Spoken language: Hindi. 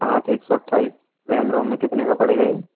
आठ एक सौ अट्ठाईस रैम रोम में कितने का पड़ेगा ये